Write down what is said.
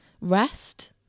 Rest